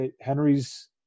Henry's –